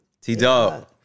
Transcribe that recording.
T-Dog